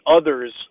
others